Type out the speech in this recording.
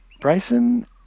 Bryson